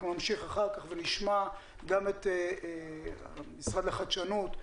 אנחנו נמשיך אחר כך ונשמע גם את המשרד לחדשנות,